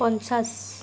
পঞ্চাছ